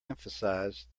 emphasized